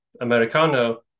americano